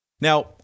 Now